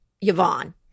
Yvonne